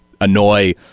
annoy